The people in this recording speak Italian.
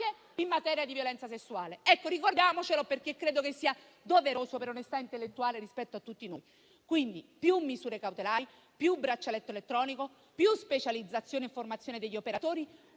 in materia di violenza sessuale. Ricordiamocelo, perché credo che sia doveroso per onestà intellettuale rispetto a tutti noi. Quindi, più misure cautelari, più braccialetto elettronico, più specializzazione e formazione degli operatori.